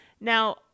now